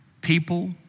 people